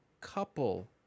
couple